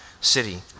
city